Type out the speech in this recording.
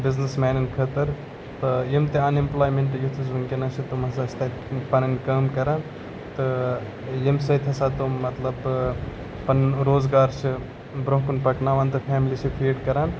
business مینَن خٲطر تہٕ یِم تہِ اَن اٮ۪ملایمَنٛٹ یوتھٕز وٕنکٮ۪نَس چھِ تِم ہَسا چھِ تَتہِ پَنٕنۍ کٲم کَران تہٕ ییٚمہِ سۭتۍ ہَسا تِم مطلب پَنُن روزگار چھِ برونٛہہ کُن پَکناوان تہٕ فیملی چھِ فیٖڈ کَران